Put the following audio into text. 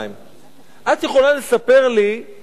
את יכולה לספר לי איפה הם יגורו?